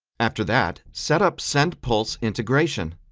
after that, set up sendpulse integration.